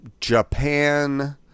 japan